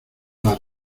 las